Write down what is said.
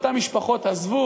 אותן משפחות עזבו,